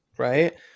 Right